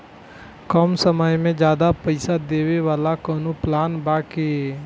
कम समय में ज्यादा पइसा देवे वाला कवनो प्लान बा की?